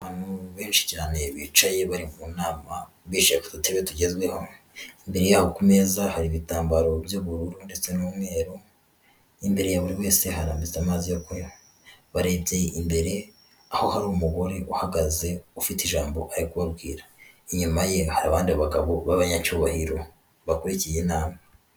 Abantu benshi cyane bicaye bari mu nama, bicaye ku dutebe tugezweho, imbere yabo ku meza hari ibitambaro by'ubururu ndetse n'umweru, imbere ya buri wese harambitse amazi kunywa, barebye imbere aho hari umugore uhagaze ufite ijambo ari kubabwira. Inyuma ye hari abandi bagabo b'abanyacyubahiro bakurikigiye inama.